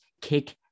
kick